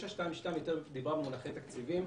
922 דיברנו במונחי תקציבים,